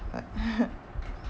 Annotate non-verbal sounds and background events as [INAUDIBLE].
but [LAUGHS]